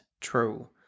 true